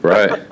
Right